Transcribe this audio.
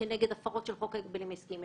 כנגד הפרות של חוק ההגבלים עסקיים,